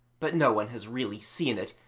but no one has really seen it,